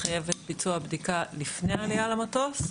או לחייב את ביצוע הבדיקה לפני העלייה למטוס,